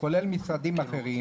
כולל משרדים אחרים,